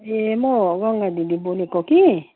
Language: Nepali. ए म गङ्गा दिदी बोलेको कि